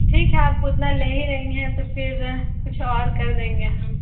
ठीक है आप उतना ले ही रही हैं तो फिर कुछ और कर देंगे है हम